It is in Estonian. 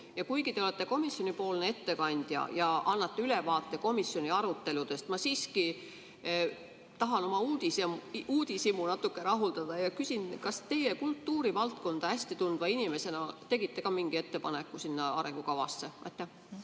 Ja kuigi te olete komisjoni ettekandja ja annate ülevaate komisjoni aruteludest, ma siiski tahan oma uudishimu rahuldada ja küsin, kas teie kultuurivaldkonda hästi tundva inimesena tegite ka mingi ettepaneku sinna arengukavasse.